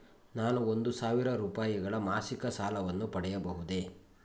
ನಾನು ಒಂದು ಸಾವಿರ ರೂಪಾಯಿಗಳ ಮಾಸಿಕ ಸಾಲವನ್ನು ಪಡೆಯಬಹುದೇ?